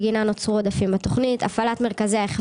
לצורך הפעלת תוכניות אלה